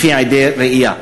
לפי עדי ראייה.